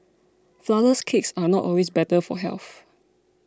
Flourless Cakes are not always better for health